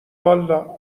والا